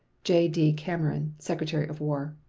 j d. cameron, secretary of war.